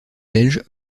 belges